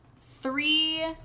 Three